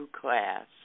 class